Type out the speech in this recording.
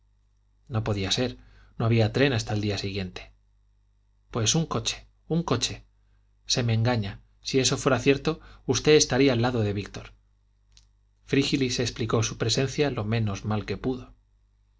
no podía ser no había tren hasta el día siguiente pues un coche un coche se me engaña si eso fuera cierto usted estaría al lado de víctor frígilis explicó su presencia lo menos mal que pudo